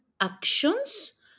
actions